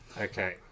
Okay